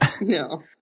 No